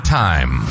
time